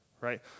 right